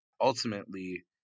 Ultimately